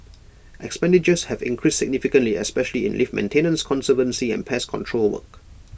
expenditures have increased significantly especially in lift maintenance conservancy and pest control work